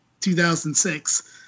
2006